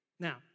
Now